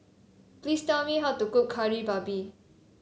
please tell me how to cook Kari Babi